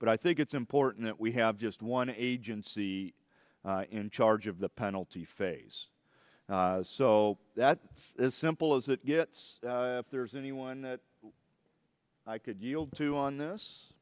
but i think it's important that we have just one agency in charge of the penalty phase so that as simple as it gets if there's anyone that i could yield to on this